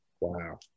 Wow